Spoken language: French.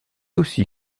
aussi